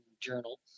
Journal